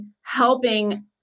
helping